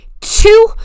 two